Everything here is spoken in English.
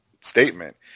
statement